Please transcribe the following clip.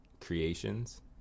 Creations